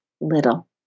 little